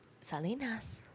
Salinas